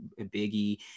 Biggie